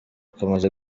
kamaze